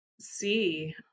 see